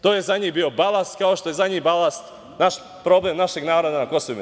To je za njih bio balast, kao što je za njih balast problem našeg naroda na KiM.